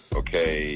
okay